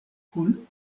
kun